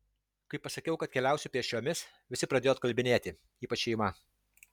kai pasakiau kad keliausiu pėsčiomis visi pradėjo atkalbinėti ypač šeima